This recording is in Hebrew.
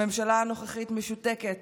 הממשלה הנוכחית משותקת.